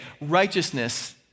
Righteousness